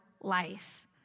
life